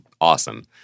awesome –